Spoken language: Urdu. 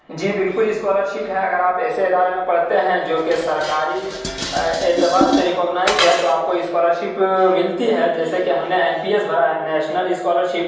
جی بالکل اسکالر شپ ہے اگر آپ ایسے ادارے میں پڑھتے ہیں جو کہ سرکاری اعتبار سے ریکگنائیز ہے تو آپ کو اسکالر شپ ملتی ہے جیسے کہ ہم نے ایم پی ایس بھرا ہے نیشنل اسکالر شپ